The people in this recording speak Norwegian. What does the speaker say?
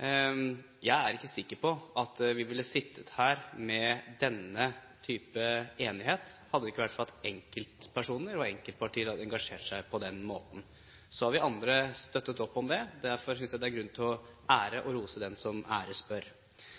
Jeg er ikke sikker på at vi ville sittet her med denne type enighet, hadde det ikke vært for at enkeltpersoner og enkeltpartier hadde engasjert seg på den måten. Så har vi andre støttet opp om det. Derfor synes jeg det er grunn til å rose og ære